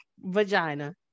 vagina